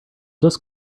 just